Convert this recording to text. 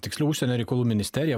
tiksliau užsienio reikalų ministerija